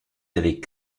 avec